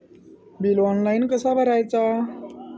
Bill online कसा भरायचा?